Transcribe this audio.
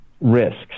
risks